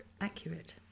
accurate